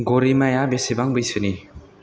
गरिमाया बेसेबां बैसोनि